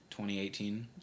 2018